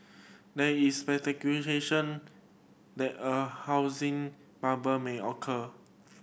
there is that a housing bubble may occur